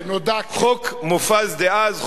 שנודע כ חוק מופז דאז,